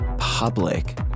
public